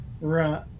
Right